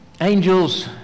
angels